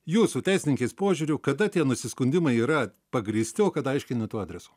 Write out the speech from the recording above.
jūsų teisininkės požiūriu kada tie nusiskundimai yra pagrįsti o kada aiškiai ne tuo adresu